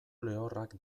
lehorrak